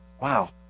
Wow